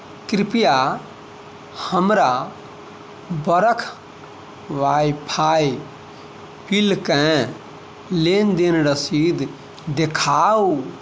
कृपया हमरा बरख वायफाइ बिलकेँ लेनदेन रसीद देखाउ